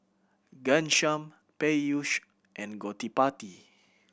Ghanshyam Peyush and Gottipati